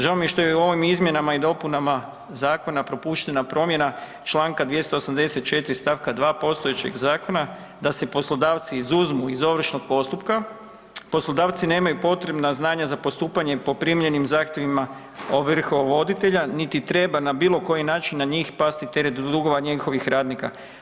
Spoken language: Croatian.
Žao mi je što je u ovim izmjenama i dopunama zakona propuštena promjena čl. 284. stavka 2. postojećeg zakona, da se poslodavci izuzmu iz ovršnog postupka, poslodavci nemaju potrebna znanja za postupanje po primljenih zahtjevima ovrhovoditelja niti treba na bilokoji način na njih pasti teret dugova njihovih radnika.